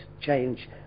change